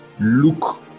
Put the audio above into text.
look